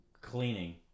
cleaning